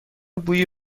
بوی